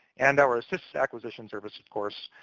and our assist acquisition service, of course,